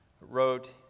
wrote